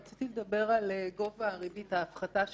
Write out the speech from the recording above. רציתי לדבר על גובה הריבית, ההפחתה שהוחלטה.